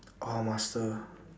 ah master